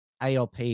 ALP